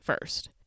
first